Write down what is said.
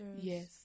Yes